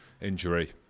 injury